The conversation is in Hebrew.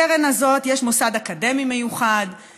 לקרן הזאת יש מוסד אקדמי מיוחד,